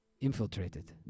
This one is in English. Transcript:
infiltrated